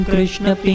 Krishna